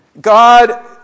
God